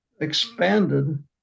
expanded